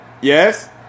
yes